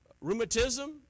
rheumatism